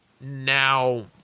Now